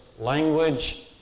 language